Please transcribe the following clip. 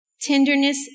tenderness